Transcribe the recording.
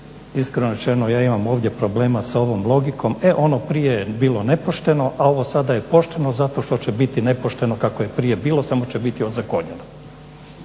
rečeno ja imam ovdje problema s ovom logikom, e ono prije je bilo nepošteno, a ovo je sada pošteno zašto što će biti nepošteno kako je prije bilo samo će biti ozakonjeno.